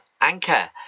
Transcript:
Anchor